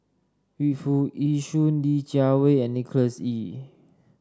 Yu Foo Yee Shoon Li Jiawei and Nicholas Ee